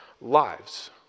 lives